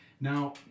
Now